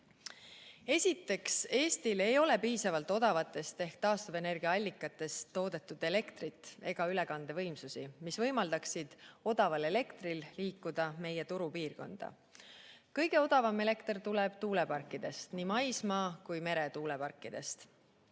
oleme. Esiteks, Eestil ei ole piisavalt odavatest ehk taastuvenergia allikatest toodetud elektrit ega ülekandevõimsusi, mis võimaldaksid odaval elektril liikuda meie turupiirkonda. Kõige odavam elekter tuleb tuuleparkidest, nii maismaa- kui ka meretuuleparkidest,